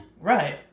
Right